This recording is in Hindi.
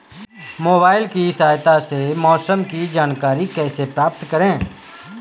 मोबाइल की सहायता से मौसम की जानकारी कैसे प्राप्त करें?